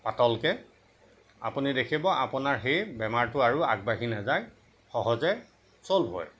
পাতলকে আপুনি দেখিব আপোনাৰ সেই বেমাৰটো আৰু আগবাঢ়ি নাযায় সহজে ছ'ল্ভ হয়